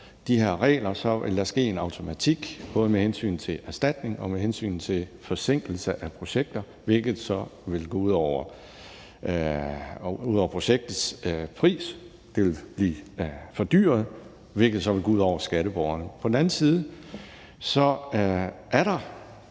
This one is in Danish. de her regler, vil der ske en automatik både med hensyn til erstatning og med hensyn til forsinkelse af projekter, hvilket så vil gå ud over projektets pris. Det vil blive fordyret, hvilket så vil gå ud over skatteborgerne. På den anden side er der,